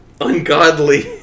ungodly